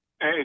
Hey